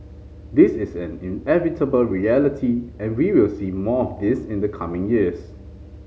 this is an inevitable reality and we will see more of this in the coming years